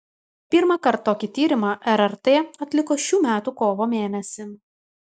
pirmąkart tokį tyrimą rrt atliko šių metų kovo mėnesį